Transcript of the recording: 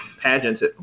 pageants